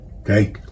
okay